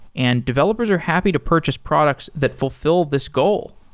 and developers are happy to purchase products that fulfill this goal.